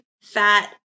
fat